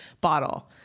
bottle